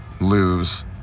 lose